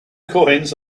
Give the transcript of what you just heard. coins